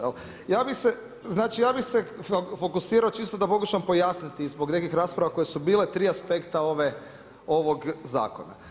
Ja bih se, znači ja bih se fokusirao čisto da pokušam pojasniti zbog nekih rasprava koje su bile tri aspekta ovog zakona.